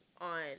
on